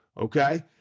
okay